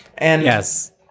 Yes